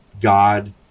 God